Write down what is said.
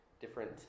different